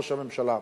ראש הממשלה: